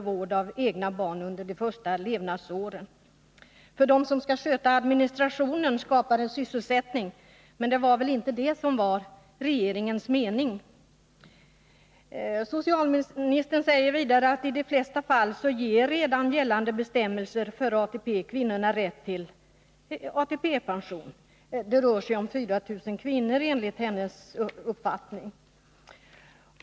För dem som skall sköta administrationen skapar reformen november 1981 sysselsättning, men det var väl inte det som var regeringens mening med Socialministern säger vidare att i de flesta fall ger redan gällande bestämmelser kvinnorna rätt till ATP. Det rör sig om 4 000 kvinnor enligt hennes uppfattning.